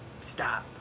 stop